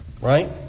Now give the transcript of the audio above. Right